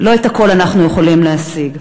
לא את הכול אנחנו יכולים להשיג.